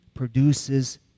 produces